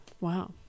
Wow